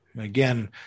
Again